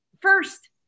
first